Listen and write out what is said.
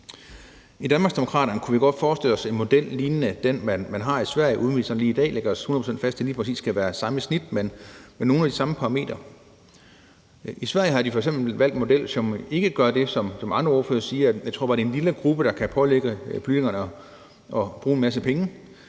I Danmarksdemokraterne kunne vi godt forestille os en model lignende den, man har i Sverige, uden at vi sådan lige i dag lægger os hundrede procent fast på, at det lige præcis skal være samme snit, men med nogle af de samme parametre. I Sverige har de f.eks. valgt en model, som ikke gør det, som andre ordførere siger, nemlig at det bare er en lille gruppe, der kan pålægge politikerne at bruge en masse penge.